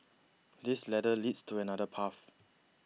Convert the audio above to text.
this ladder leads to another path